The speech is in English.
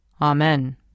Amen